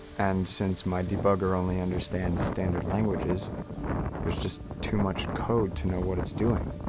and, since my debugger only understands standard languages there's just too much code to know what it's doing.